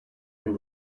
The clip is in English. and